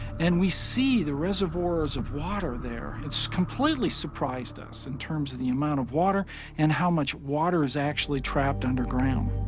and we see the reservoirs of water there, it's completely surprised us in terms of the amount of water and how much water is actually trapped underground.